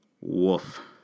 Woof